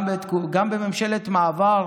גם בממשלת מעבר